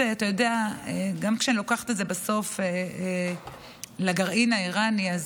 גם כשאני לוקחת את זה בסוף לגרעין האיראני,